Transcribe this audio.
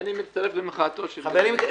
אני מצטרף למחאתו של דב חנין.